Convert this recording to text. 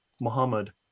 Muhammad